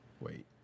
Wait